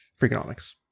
Freakonomics